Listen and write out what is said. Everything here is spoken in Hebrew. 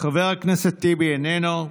חבר הכנסת טיבי, איננו.